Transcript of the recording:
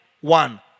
One